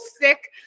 sick